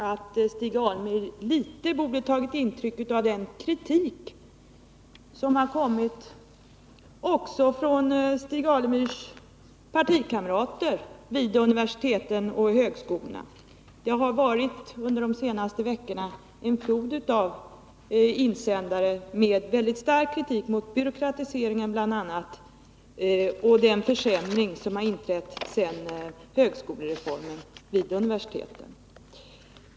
Herr talman! Jag tycker att Stig Alemyr borde ha tagit litet intryck av den kritik som har kommit också från hans egna partikamrater vid universiteten och högskolorna. Under de senaste veckorna har det varit en flod av insändare med väldigt stark kritik, bl.a. mot byråkratiseringen och den försämring som har inträtt sedan högskolereformen genomfördes.